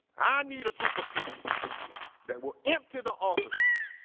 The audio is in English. i need a group of people that were empty the offices,